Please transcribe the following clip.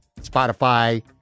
Spotify